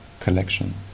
collection